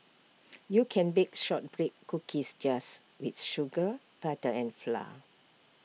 you can bake Shortbread Cookies just with sugar butter and flour